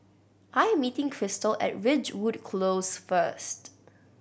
I am meeting Christal at Ridgewood Close first